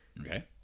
Okay